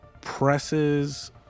presses